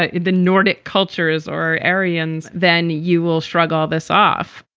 ah the nordic cultures or aryans, then you will struggle this off.